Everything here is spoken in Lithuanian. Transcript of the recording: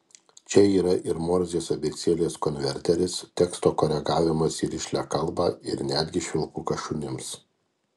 čia yra ir morzės abėcėlės konverteris teksto koregavimas į rišlią kalbą ir netgi švilpukas šunims